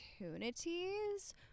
opportunities